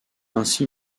ainsi